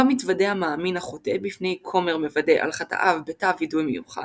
מתוודה המאמין החוטא בפני כומר מוודה על חטאיו בתא ווידוי מיוחד,